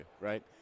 right